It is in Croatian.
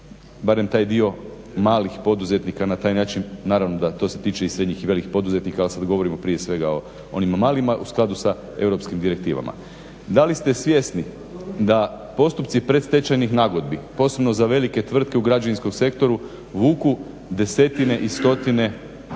barem taj dio malih poduzetnika na taj način? Naravno da to se tiče i srednjih i velikih poduzetnika ali sad govorimo prije svega o onim malima u skladu sa europskim direktivama. Da li ste svjesni da postupci predstečajnih nagodbi posebno za velike tvrtke u građevinskom sektoru vuku desetine i stotine